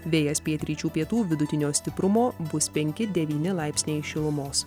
vėjas pietryčių pietų vidutinio stiprumo bus penki devyni laipsniai šilumos